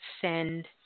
send